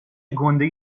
گُنده